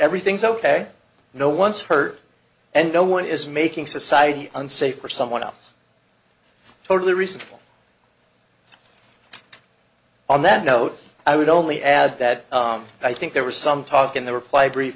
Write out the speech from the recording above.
everything's ok no one's hurt and no one is making society unsafe for someone else totally reasonable on that note i would only add that i think there was some talk in the reply brief